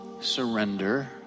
surrender